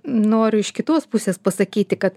noriu iš kitos pusės pasakyti kad